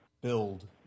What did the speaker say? build